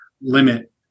limit